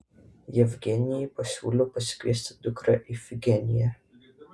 jevgenijui pasiūliau pasikviesti dukrą ifigeniją